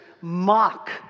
mock